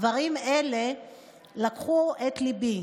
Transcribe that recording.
דברים אלה לקחו את ליבי